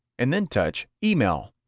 and then touch email.